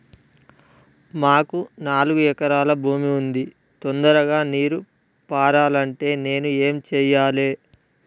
మాకు నాలుగు ఎకరాల భూమి ఉంది, తొందరగా నీరు పారాలంటే నేను ఏం చెయ్యాలే?